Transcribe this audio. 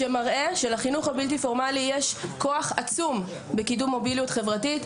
שמראה שלחינוך הבלתי פורמלי יש כוח עצום בקידום מוביליות חברתית,